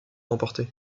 emporté